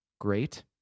great